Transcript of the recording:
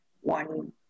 one